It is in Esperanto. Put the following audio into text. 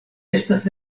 estas